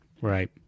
right